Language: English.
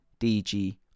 dg